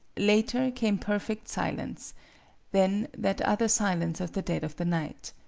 later came perfect silence then that other silence of the dead of the night.